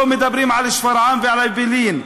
לא מדברים על שפרעם ועל אעבלין.